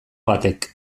batek